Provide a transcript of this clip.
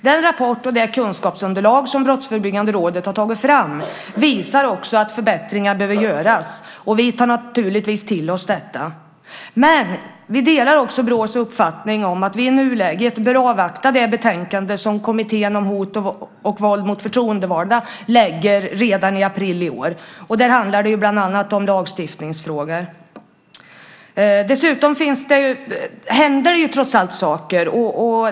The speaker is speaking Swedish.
Den rapport och det kunskapsunderlag som Brottsförebyggande rådet har tagit fram visar också att förbättringar behöver göras. Vi tar naturligtvis till oss detta. Men vi delar också Brås uppfattning att vi i nuläget bör avvakta det betänkande som Kommittén om hot och våld mot förtroendevalda lägger fram redan i april i år. Där handlar det bland annat om lagstiftningsfrågor. Dessutom händer det trots allt saker.